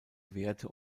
werte